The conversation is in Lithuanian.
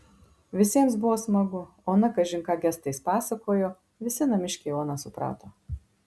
visiems buvo smagu ona kažin ką gestais pasakojo visi namiškiai oną suprato